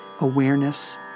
awareness